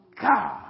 God